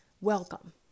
welcome